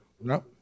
No